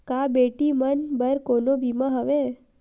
का बेटी मन बर कोनो बीमा हवय?